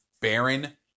Baron